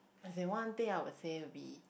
say one day I would say will be